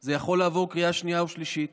זה יכול לעבור בקריאה שנייה ושלישית